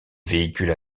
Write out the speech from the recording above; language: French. véhicules